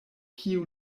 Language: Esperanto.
kiu